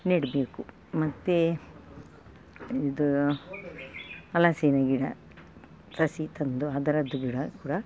ನೆಡಬೇಕು ಮತ್ತೆ ಇದು ಹಲಸಿನ ಗಿಡ ಸಸಿ ತಂದು ಅದರದ್ದು ಗಿಡ ಕೂಡ